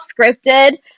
scripted